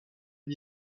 est